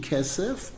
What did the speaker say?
Kesef